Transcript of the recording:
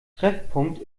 treffpunkt